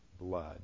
blood